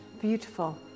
Beautiful